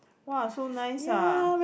!wah! so nice ah